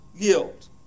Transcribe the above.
guilt